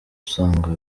usanga